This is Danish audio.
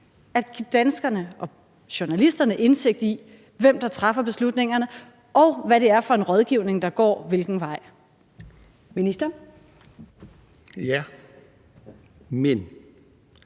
at give danskerne og journalisterne indsigt i, hvem der træffer beslutningerne, og hvad det er for en rådgivning, der går hvilken vej. Kl. 16:10 Første